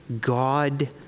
God